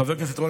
חבר הכנסת רול,